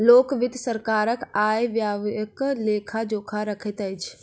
लोक वित्त सरकारक आय व्ययक लेखा जोखा रखैत अछि